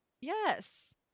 Yes